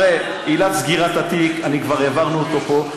הרי עילת סגירת התיק, כבר העברנו אותו פה.